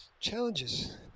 Challenges